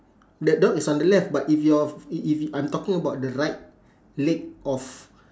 the dog is on the left but if your if if I'm talking about the right leg of